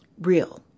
real